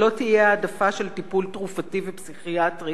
שלא תהיה העדפה של טיפול תרופתי ופסיכיאטרי